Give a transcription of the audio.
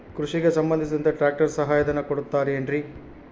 ಕೃಷಿಗೆ ಸಂಬಂಧಿಸಿದಂತೆ ಟ್ರ್ಯಾಕ್ಟರ್ ಸಹಾಯಧನ ಕೊಡುತ್ತಾರೆ ಏನ್ರಿ?